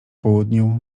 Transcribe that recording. południu